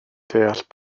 deall